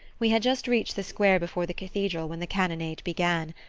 we had just reached the square before the cathedral when the cannonade began,